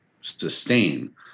sustain